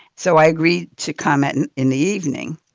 so i agreed to come and in the evening.